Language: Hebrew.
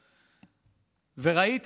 וראית,